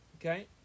Okay